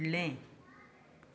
फुडलें